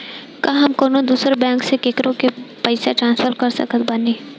का हम कउनों दूसर बैंक से केकरों के पइसा ट्रांसफर कर सकत बानी?